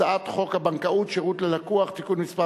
הצעת חוק הבנקאות (שירות ללקוח) (תיקון מס'